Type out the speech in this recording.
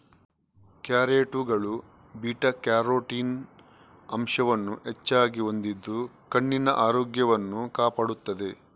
ಕ್ಯಾರೆಟುಗಳು beta carotene ಅಂಶವನ್ನು ಹೆಚ್ಚಾಗಿ ಹೊಂದಿದ್ದು ಕಣ್ಣಿನ ಆರೋಗ್ಯವನ್ನು ಕಾಪಾಡುತ್ತವೆ